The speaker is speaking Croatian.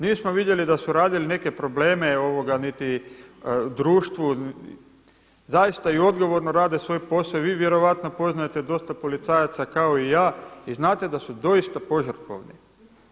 Nismo vidjeli da su radili neke probleme niti društvu zaista i odgovorno rade svoj posao i vi vjerojatno poznajete dosta policajaca kao i ja i znate da su doista požrtvovni.